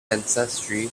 ancestry